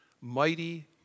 mighty